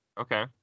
Okay